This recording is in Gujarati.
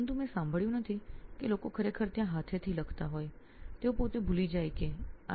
પરંતુ મેં સાંભળ્યું નથી કે લોકો ખરેખર ત્યાં હાથેથી લખતા હોય તેઓ પોતે ભૂલી જાય છે આ જ વસ્તુ છે